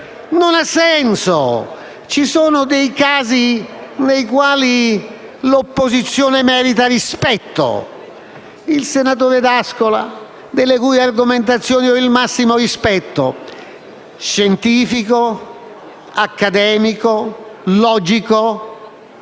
Non ha senso. Ci sono dei casi nei quali l'opposizione merita rispetto. Il senatore D'Ascola, delle cui argomentazioni ho il massimo rispetto scientifico, accademico, logico,